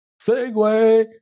segue